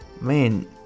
man